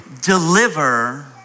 deliver